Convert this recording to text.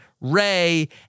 Ray